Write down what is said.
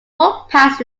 footpaths